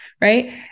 right